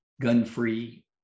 gun-free